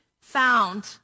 found